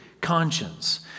conscience